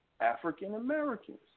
African-Americans